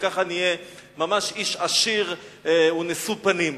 וכך אני אהיה ממש איש עשיר ונשוא פנים.